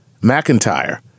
McIntyre